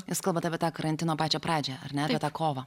jūs kalbat apie tą karantino pačią pradžią ar ne apie tą kovą